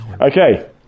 Okay